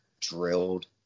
drilled